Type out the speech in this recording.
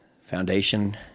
foundation